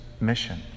mission